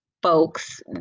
folks